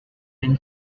been